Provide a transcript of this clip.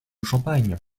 champagne